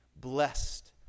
blessed